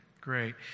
Great